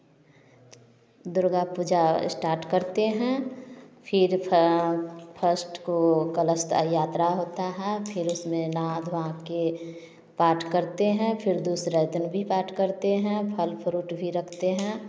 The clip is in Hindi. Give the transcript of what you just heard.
दुर्गा पूजा इस्टार्ट करते हैं फिर फ फर्स्ट को कलश यात्रा होता है फिर उसमें नहा धो कर पाठ करते हैं फिर दूसरा दिन भी पाठ करते हैं फल फ्रूट भी रखते हैं